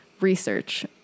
research